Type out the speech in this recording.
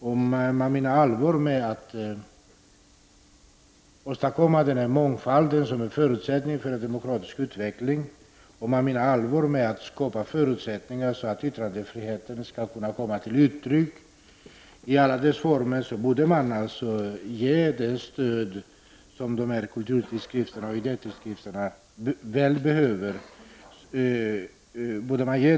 Om man menar allvar med att åstadkomma den mångfald som är en förutsättning för en demokratisk utveckling, och om man menar allvar med att man vill skapa förutsättningar så att yttrandefriheten skall komma till uttryck i alla dess former borde man ge det stöd som kulturoch idétidskrifterna så väl behöver.